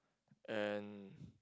and